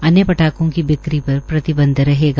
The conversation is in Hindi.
अन्य पटाखों की बिक्री पर प्रतिबंध रहेगा